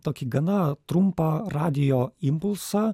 tokį gana trumpą radijo impulsą